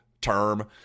term